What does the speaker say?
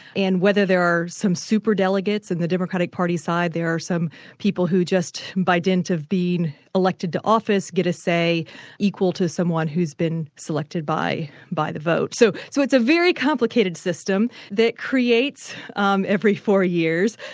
and whether there are some super-delegates on and the democratic party side there are some people who just by dint of being elected to office, get a say equal to someone who's been selected by by the vote. so so it's a very complicated system, that creates um every four years,